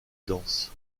danse